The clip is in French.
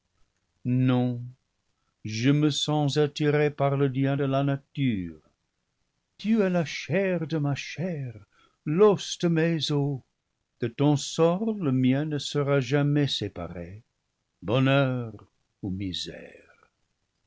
non je me sens attiré par le lien de la nature tu es la chair de ma chair l'os de mes os de ton sort le mien ne sera jamais séparé bonheur ou misère